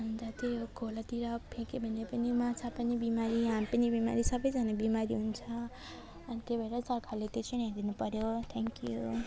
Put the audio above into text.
अन्त त्यही हो खोलातिर फ्याँक्यो भने पनि माछा पनि बिमारी हामी पनि बिमारी सबैजना बिमारी हुन्छ अनि त्यही भएर सरकारले त्यसरी नै हेरिदिनु पर्यो थ्याङ्कयु